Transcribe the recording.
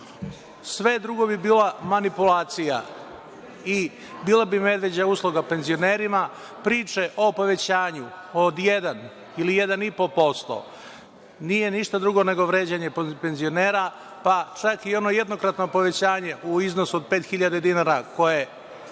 drugo bi bila manipulacija i bila bi medveđa uloga penzionerima, priča o povećanju od jedan ili 1,5% nije ništa drugo nego vređanje penzionera, pa čak i ono jednokratno povećanje u iznosu od 5.000 dinara koje